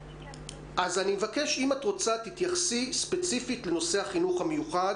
אז אני מבקש אם את רוצה תתייחסי ספציפית לנושא החינוך המיוחד,